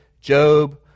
Job